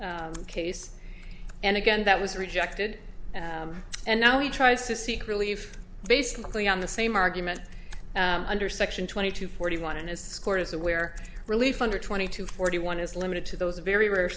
case and again that was rejected and now he tries to seek relief basically on the same argument under section twenty two forty one and it's court is aware relief under twenty two forty one is limited to those very rare